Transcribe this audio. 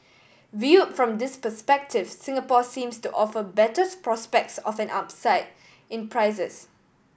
viewed from this perspective Singapore seems to offer betters prospects of an upside in prices